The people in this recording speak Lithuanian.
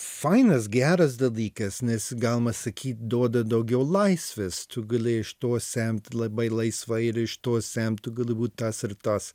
fainas geras dalykas nes galima sakyt duoda daugiau laisvės tu gali iš to semt labai laisvai ir iš to semt tu gali būt tas ir tas